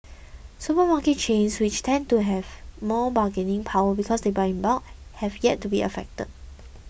supermarket chains which tend to have more bargaining power because they buy in bulk have yet to be affected